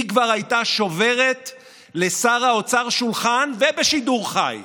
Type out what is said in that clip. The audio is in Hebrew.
היא כבר הייתה שוברת לשר האוצר שולחן, ובשידור חי.